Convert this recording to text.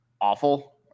awful